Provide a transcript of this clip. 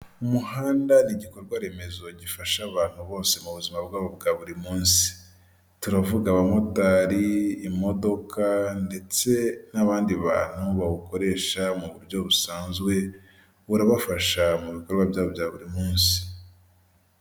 Umuhanda ni igikorwaremezo gifasha abantu bose mu buzima bwabo bwa buri munsi turavuga abamotari, imodoka ndetse n'abandi bantu bawukoresha mu buryo busanzwe burabafasha mu bikorwa byabo bya buri munsi.